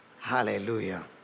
Hallelujah